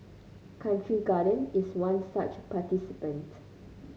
Country Garden is one such participant